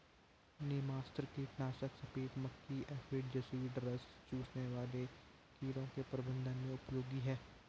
नीमास्त्र कीटनाशक सफेद मक्खी एफिड जसीड रस चूसने वाले कीड़ों के प्रबंधन में उपयोगी है